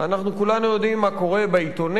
אנחנו כולנו יודעים מה קורה בעיתונים,